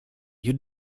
you